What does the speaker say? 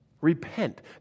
Repent